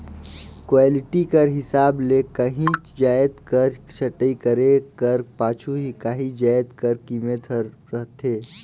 quality कर हिसाब ले काहींच जाएत कर छंटई करे कर पाछू ही काहीं जाएत कर कीमेत हर रहथे